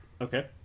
Okay